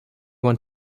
want